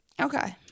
Okay